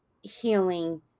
healing